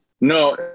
No